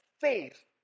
faith